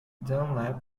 dunlap